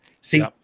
See